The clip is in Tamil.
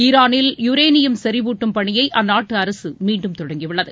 ஈரானில் யூரேனியம் செறிவூட்டும் பணியை அந்நாட்டு அரசு மீண்டும் தொடங்கி உள்ளது